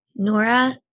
Nora